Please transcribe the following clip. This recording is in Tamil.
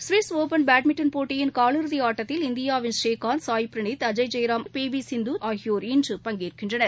சுவிஸ் ஒபன் பேட்மிண்டன் போட்டியின் காலிறுதி ஆட்டத்தில் இந்தியாவின் ஸ்ரீகாந்த் சாய்பிரவீத் அஜய் ஜெயராம் ஆகியோர் இன்று பங்கேற்கின்றனர்